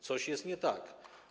Coś jest nie tak.